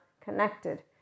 connected